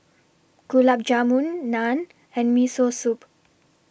Gulab Jamun Naan and Miso Soup